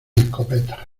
escopetas